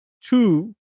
two